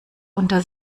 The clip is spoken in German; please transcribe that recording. unter